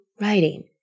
writing